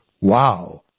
wow